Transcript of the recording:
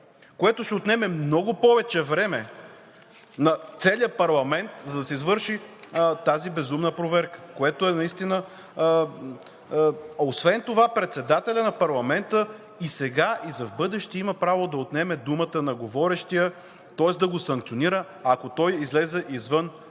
което ще отнеме много повече време на целия парламент, за да се извърши тази безумна проверка, което е наистина... Освен това председателят на парламента и сега, и за в бъдеще има право да отнеме думата на говорещия, тоест да го санкционира, ако той излезе извън този правилник.